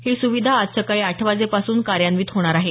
ही सुविधा आज सकाळी आठ वाजेपासून कार्यान्वीत होणार आहे